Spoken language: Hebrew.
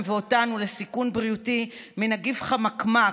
ואותנו לסיכון בריאותי מנגיף חמקמק,